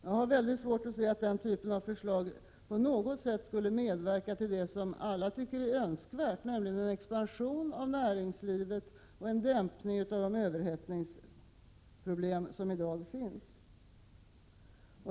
Jag har svårt att se att den typen av förslag på något sätt skulle medverka till det som alla tycker är önskvärt, nämligen en expansion av näringslivet och en dämpning av de överhettningsproblem som i dag finns.